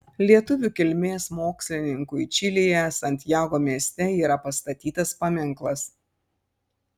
lietuvių kilmės mokslininkui čilėje santjago mieste yra pastatytas paminklas